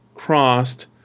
crossed